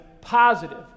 positive